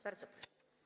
Bardzo proszę.